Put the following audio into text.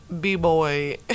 B-Boy